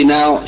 now